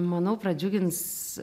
manau pradžiugins